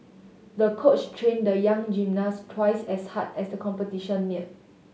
the coach trained the young gymnast twice as hard as the competition neared